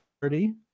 party